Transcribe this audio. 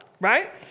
right